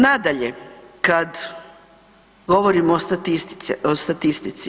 Nadalje kada govorimo o statistici.